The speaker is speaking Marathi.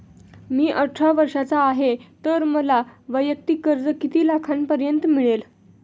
मी अठरा वर्षांचा आहे तर मला वैयक्तिक कर्ज किती लाखांपर्यंत मिळेल?